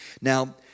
Now